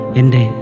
ende